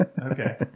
Okay